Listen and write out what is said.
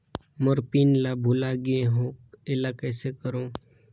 मोर pin ला भुला गे हो एला कइसे करो?